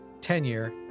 tenure